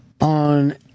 on